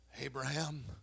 Abraham